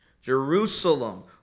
Jerusalem